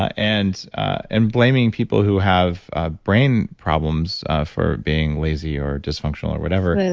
and and blaming people who have ah brain problems for being lazy or dysfunctional or whatever,